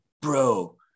bro